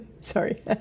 Sorry